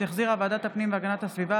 שהחזירה ועדת הפנים והגנת הסביבה,